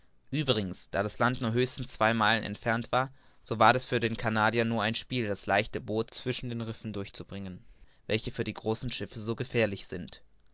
uebrigens da das land nur höchstens zwei meilen entfernt war so war es für den canadier nur ein spiel das leichte boot zwischen den rissen durchzubringen welche für die großen schiffe so gefährlich sind